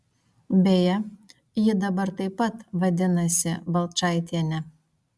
beje ji dabar taip pat vadinasi balčaitiene